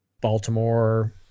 Baltimore